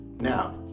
Now